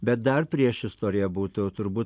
bet dar priešistorė būtų turbūt